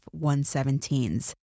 117s